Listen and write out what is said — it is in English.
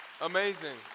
Amazing